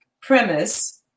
premise